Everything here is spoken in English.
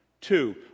Two